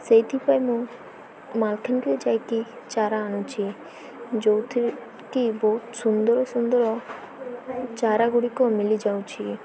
ସେଇଥିପାଇଁ ମୁଁ ମାଲକାନାଗିରି ଯାଇକି ଚାରା ଆଣୁଛି ଯେଉଁଥିରେ କିି ବହୁତ ସୁନ୍ଦର ସୁନ୍ଦର ଚାରାଗୁଡ଼ିକ ମିଳିଯାଉଛି